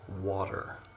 water